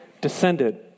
descended